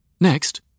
Next